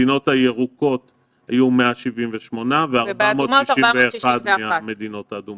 במדינות הירוקות היו 178 ו-461 מהמדינות האדמות.